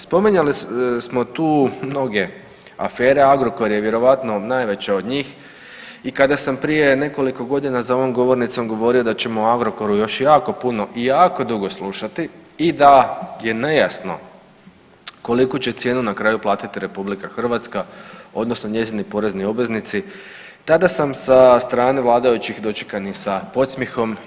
Spominjali smo tu mnoge afere Agrokor je vjerojatno najveća od njih i kada sam prije nekoliko godina za ovom govornicom govorio da ćemo o Agrokoru još jako puno i jako dugo slušati i da je nejasno koliku će cijenu platiti na kraju RH odnosno njezini porezni obveznici tada sam sa strane vladajućih dočekan i sa podsmjehom.